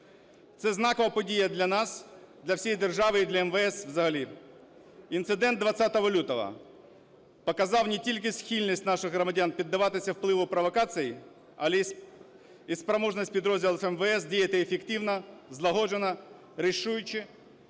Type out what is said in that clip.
Це знакова подія для нас, для всієї держави і для МВС взагалі. Інцидент 20 лютого показав не тільки схильність наших громадян піддаватися впливу провокацій, але і спроможність підрозділам МВС діяти ефективно, злагоджено, рішуче